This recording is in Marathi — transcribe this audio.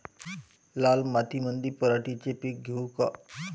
लाल मातीमंदी पराटीचे पीक घेऊ का?